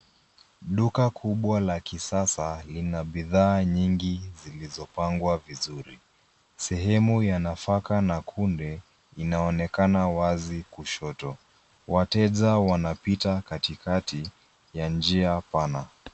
Duka kubwa la kisasa lina bidhaa nyingi zilizopangwa vizuri. Sehemu ya nafaka na kunde inaonekana wazi kushoto. Wateja wanapita katikati ya njia pana.